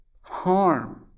harm